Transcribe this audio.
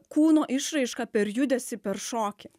kūno išraišką per judesį per šokį